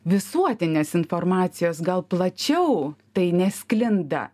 visuotinės informacijos gal plačiau tai nesklinda